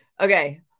okay